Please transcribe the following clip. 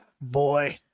Boy